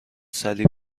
سریع